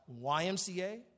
YMCA